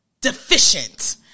deficient